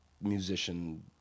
musician